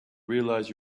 realize